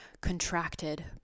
contracted